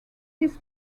his